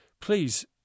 Please